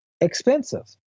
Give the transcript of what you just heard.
expensive